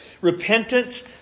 Repentance